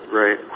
right